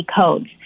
codes